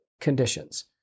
conditions